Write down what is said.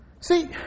See